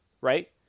right